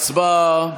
הצבעה.